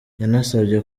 yanasabye